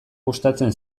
gustatzen